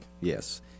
Yes